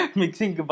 mixing